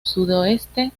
sudoeste